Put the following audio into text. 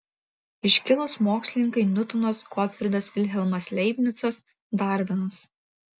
iškilūs mokslininkai niutonas gotfrydas vilhelmas leibnicas darvinas